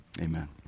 amen